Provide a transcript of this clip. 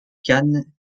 kahn